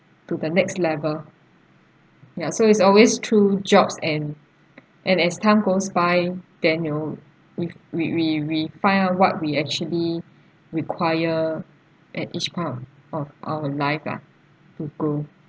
to the next level ya so it's always through jobs and and as time goes by then you know we we we we find out what we actually require at each point of of our life lah to grow